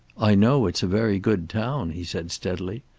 i know it's a very good town, he said steadily.